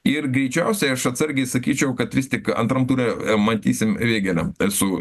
ir greičiausiai aš atsargiai sakyčiau kad vis tik antram ture matysim vėgelę ir su